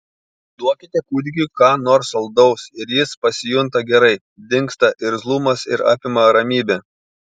duokite kūdikiui ką nors saldaus ir jis pasijunta gerai dingsta irzlumas ir apima ramybė